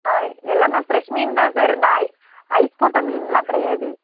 ஆ எல்லாமே ஃப்ரெஷ் மீன் தான் சார் இந்த ஐ ஐஸ் போட்ட மீன்லாம் கிடையாது